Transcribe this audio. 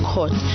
Court